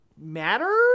matter